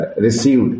received